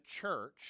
church